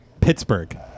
Pittsburgh